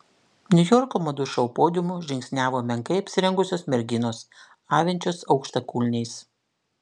niujorko madų šou podiumu žingsniavo menkai apsirengusios merginos avinčios aukštakulniais